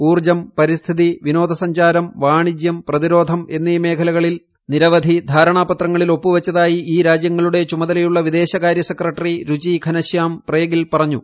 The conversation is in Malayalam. ഊർജ്ജം പരിസ്ഥിതി വിനോദസഞ്ചാരം വാണ്ണിജ്യം പ്രതിരോധം എന്നീ മേഖലകളിൽ നിരവധി ധാരണാ പത്രങ്ങളിൽ ഒപ്പുവച്ചതായി ഈ രാജ്യങ്ങങ്ങളുടെ ചുമതലയുള്ള വിദേശകാര്യ സെക്രട്ടറി രുചി ഘനശ്യാം പ്രേഗിൽ പറഞ്ഞു